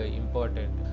important